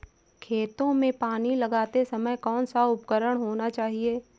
खेतों में पानी लगाते समय कौन सा उपकरण होना चाहिए?